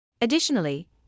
Additionally